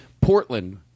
Portland